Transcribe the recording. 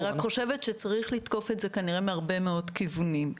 אני רק חושבת שצריך לתקוף את זה כנראה מהרבה מאוד כיוונים.